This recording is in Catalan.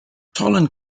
solen